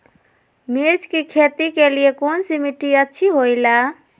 मिर्च की खेती के लिए कौन सी मिट्टी अच्छी होईला?